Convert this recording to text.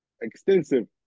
extensive